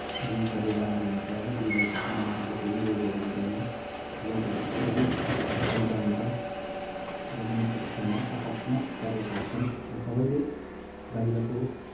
जिउ शरीर राम्रो हुन्छ हो जिउबाट पसिना निस्किन्छ केही रोगहरू हुँदैन रोगहरू धेरै फाइदा हुन्छ र गुणस्तरमा सकारात्मक प्रभाव पार्छन् र सबैले बाहिरको